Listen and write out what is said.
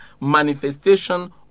manifestation